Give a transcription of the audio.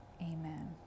Amen